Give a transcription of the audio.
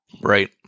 Right